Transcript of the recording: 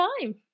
time